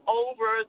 over